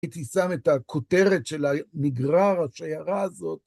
הייתי שם את הכותרת של המגרר, השיירה הזאת.